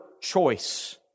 choice